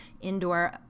Indoor